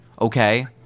Okay